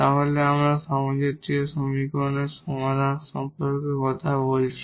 তাহলে আমরা হোমোজিনিয়াস সমীকরণের সমাধান সম্পর্কে কথা বলছি